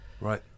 Right